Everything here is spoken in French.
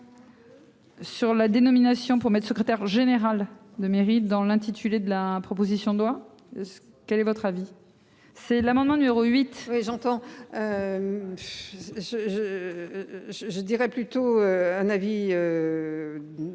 Sur la dénomination pour Me, secrétaire général de mairie dans l'intitulé de la proposition de loi. Quel est votre avis. C'est l'amendement numéro 8. Oui j'entends. Je je. Je je dirais plutôt un avis.